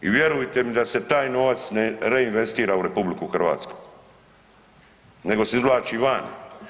I vjerujte mi da se taj novac ne reinvestira u RH nego se izvlači vani.